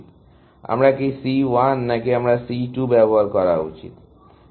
আমার কি C 1 নাকি আমার C 2 ব্যবহার করা উচিত